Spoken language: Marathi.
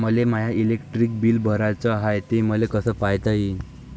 मले माय इलेक्ट्रिक बिल भराचं हाय, ते मले कस पायता येईन?